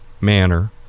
manner